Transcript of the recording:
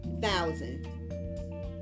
thousand